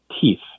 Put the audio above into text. teeth